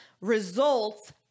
results